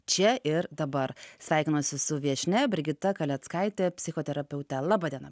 čia ir dabar sveikinuosi su viešnia brigita kaleckaite psichoterapeute laba diena